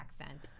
accent